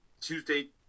Tuesday